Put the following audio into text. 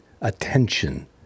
attention